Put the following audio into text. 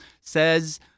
says